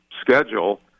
schedule